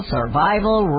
Survival